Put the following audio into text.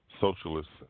Socialists